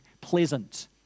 pleasant